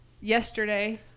yesterday